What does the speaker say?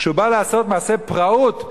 כשהוא בא לעשות מעשה פראות,